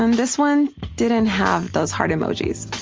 and this one didn't have those heart emojis.